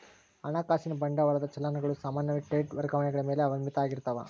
ಹಣಕಾಸಿನ ಬಂಡವಾಳದ ಚಲನ್ ಗಳು ಸಾಮಾನ್ಯವಾಗಿ ಕ್ರೆಡಿಟ್ ವರ್ಗಾವಣೆಗಳ ಮೇಲೆ ಅವಲಂಬಿತ ಆಗಿರ್ತಾವ